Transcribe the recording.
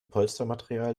polstermaterial